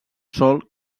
sòl